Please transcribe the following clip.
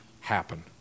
happen